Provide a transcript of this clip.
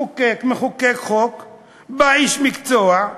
מחוקק מחוקק חוק, בא איש מקצוע,